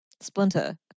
Splinter